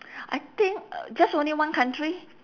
I think uh just only one country